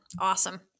awesome